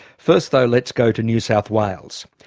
first, though, let's go to new south wales.